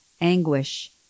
anguish